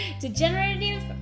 degenerative